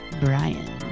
Brian